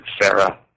Sarah